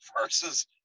versus